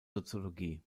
soziologie